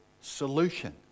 solution